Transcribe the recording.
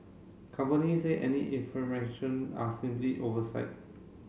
companies say any information are simply oversight